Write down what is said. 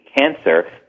cancer